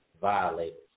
violators